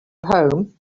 home